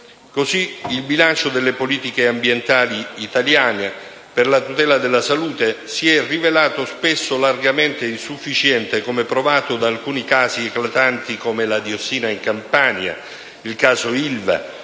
Così, il bilancio delle politiche ambientali italiane per la tutela della salute si è rivelato spesso largamente insufficiente, come provato da alcuni casi eclatanti come la diossina in Campania, il caso ILVA,